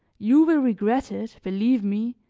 you will regret it, believe me,